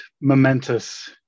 momentous